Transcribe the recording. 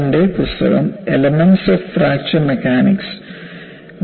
Prasanth Kumar പുസ്തകം "elements of fracture mechanics"